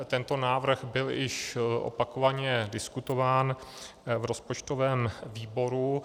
Tento návrh byl již opakovaně diskutován v rozpočtovém výboru.